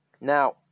Now